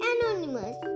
Anonymous